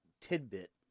tidbit